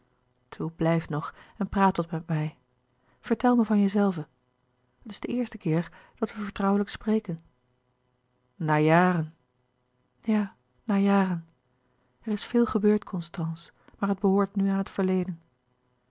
toe blijf nog en praat wat met mij vertel mij van jezelve het is de eerste keer dat wij vertrouwelijk spreken na jaren ja na jaren er is veel gebeurd constance maar het behoort nu aan het verleden